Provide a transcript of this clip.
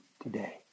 today